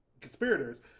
conspirators